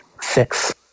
six